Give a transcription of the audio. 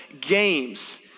games